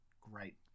great